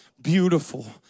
beautiful